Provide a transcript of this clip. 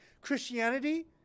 Christianity